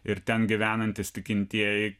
ir ten gyvenantys tikintieji